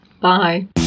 Bye